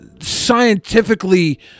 scientifically